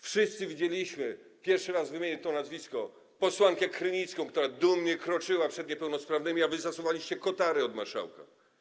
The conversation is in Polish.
Wszyscy widzieliśmy, pierwszy raz wymienię to nazwisko, posłankę Krynicką, która dumnie kroczyła przed niepełnosprawnymi, a wy zasuwaliście kotary od marszałka.